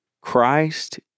Christ